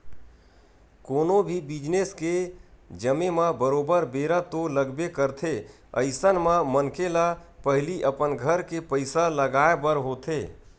कोनो भी बिजनेस के जमें म बरोबर बेरा तो लगबे करथे अइसन म मनखे ल पहिली अपन घर के पइसा लगाय बर होथे